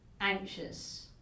anxious